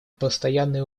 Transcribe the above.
постоянной